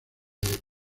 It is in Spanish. equipo